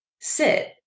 sit